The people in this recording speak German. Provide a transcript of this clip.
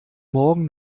morgen